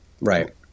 Right